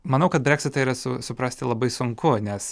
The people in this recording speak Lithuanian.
manau kad breksitą yra su suprasti labai sunku nes